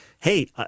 Hey